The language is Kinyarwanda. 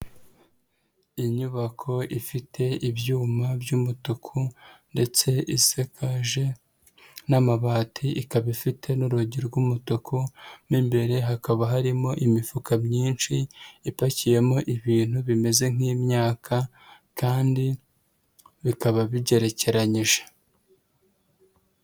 Inyubako ifite ibyuma by'umutuku ndetse isakaje n'amabati, ikaba ifite n'urugi rw'umutuku, mo imbere hakaba harimo imifuka myinshi, ipakiyemo ibintu bimeze nk'imyaka kandi bikaba bigerekeranyije.